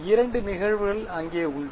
இரண்டு நிகழ்வுகள் அங்கே உண்டு